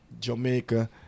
Jamaica